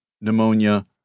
pneumonia